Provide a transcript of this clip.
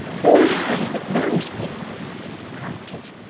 who is there that knows me cried kit,